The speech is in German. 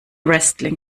wrestling